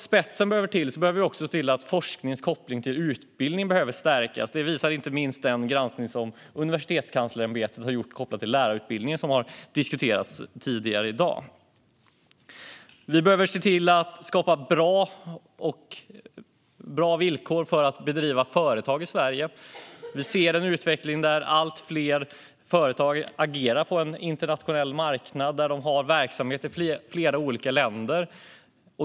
Spetsen behövs, men samtidigt behöver forskningens koppling till utbildning stärkas. Det visar inte minst den granskning som Universitetskanslersämbetet har gjort och som är kopplad till lärarutbildningen, vilket har diskuterats tidigare i dag. Vi behöver se till att skapa bra villkor när det gäller att driva företag i Sverige. Vi ser en utveckling där allt fler företag agerar på en internationell marknad. De har verksamhet i flera olika länder.